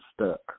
stuck